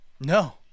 No